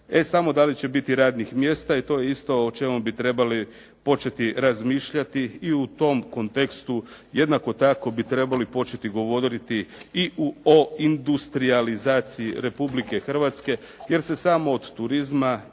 E samo da li će biti radnih mjesta, e to je isto o čemu bi trebali početi razmišljati i u tom kontekstu jednako tako bi trebali početi govoriti i o industrijalizaciji Republike Hrvatske jer se samo od turizma i